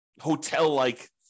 hotel-like